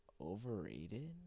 Overrated